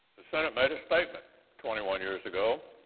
the senate made a statement twenty one years ago.